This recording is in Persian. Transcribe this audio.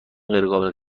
غیرقابل